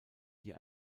die